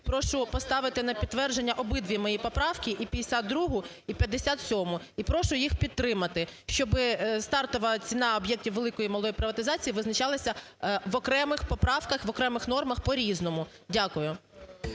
прошу поставити на підтвердження обидві мої поправки і 52, і 57 і прошу їх підтримати, щоб стартова ціна об'єктів великої і малої приватизації визначалася в окремих поправках, в окремих нормах по-різному. Дякую.